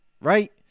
right